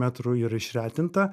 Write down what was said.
metrų ir išretinta